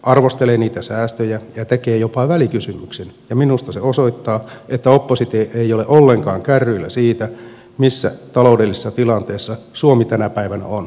arvostelee niitä säästöjä ja tekee jopa välikysymyksen ja minusta se osoittaa että oppositio ei ole ollenkaan kärryillä siitä missä taloudellisessa tilanteessa suomi tänä päivänä on